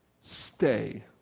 stay